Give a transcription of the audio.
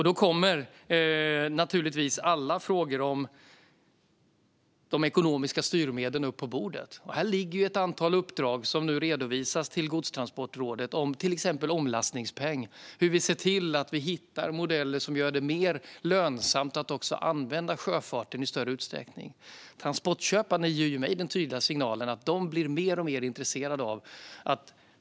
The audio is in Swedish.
Då kommer naturligtvis alla frågor om de ekonomiska styrmedlen upp på bordet. Här ligger ett antal uppdrag, till exempel om omlastningspeng, som nu redovisas till Godstransportrådet. Hur hittar vi modeller som gör det mer lönsamt att också använda sjöfarten i större utsträckning? Transportköparna ger mig den tydliga signalen att de blir mer och mer intresserade.